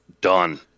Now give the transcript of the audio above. done